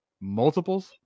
multiples